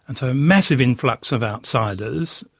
and so a massive influx of outsiders,